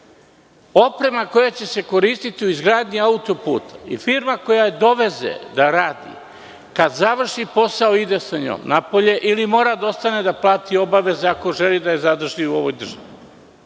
Oprema koja će se koristiti u izgradnji autoputa i firma koja je doveze da radi, kada završi posao ide sa njom napolje ili mora da ostane da plati obaveze ako želi da je zadrži u ovoj državi.